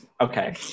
Okay